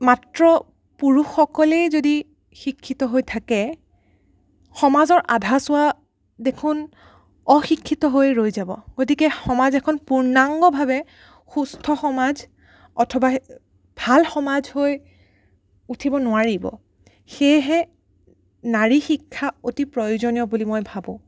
মাত্ৰ পুৰুষসকলেই যদি শিক্ষিত হৈ থাকে সমাজৰ আধাচোৱা দেখোন অশিক্ষিত হৈ ৰৈ যাব গতিকে সমাজ এখন পূৰ্ণাংগভাৱে সুস্থ সমাজ অথবা ভাল সমাজ হৈ উঠিব নোৱাৰিব সেয়েহে নাৰী শিক্ষা অতি প্ৰয়োজনীয় বুলি মই ভাবোঁ